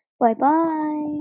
Bye-bye